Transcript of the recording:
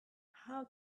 how